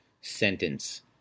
sentence